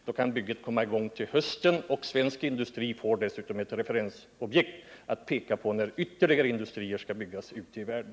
Då kan bygget komma i gång till hösten, och svensk industri får dessutom ytterligare ett referensobjekt att peka på när industrier skall byggas upp ute i världen.